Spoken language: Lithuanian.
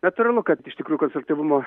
natūralu kad iš tikrųjų konstruktyvumo